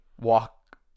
walk